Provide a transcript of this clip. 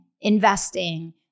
investing